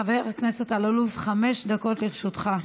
חבר הכנסת אלאלוף, עד חמש דקות לרשותך.